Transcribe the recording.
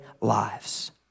lives